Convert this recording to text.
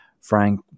Frank